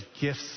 gifts